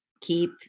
keep